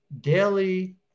daily